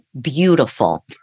beautiful